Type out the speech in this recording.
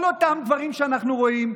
כל אותם דברים שאנחנו רואים,